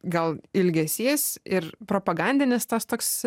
gal ilgesys ir propagandinis tas toks